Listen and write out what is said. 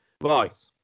right